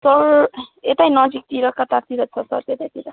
sir यतै नजिकतिर कतातिर छ सर त्यतैतिर